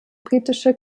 britische